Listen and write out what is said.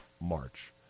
March